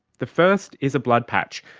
the first is a blood patch,